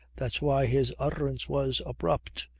that's why his utterance was abrupt,